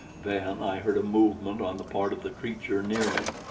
then i heard a movement on the part of the creature near me,